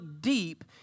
deep